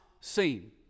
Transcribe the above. seen